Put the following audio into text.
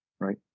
right